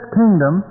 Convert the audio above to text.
kingdom